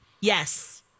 Yes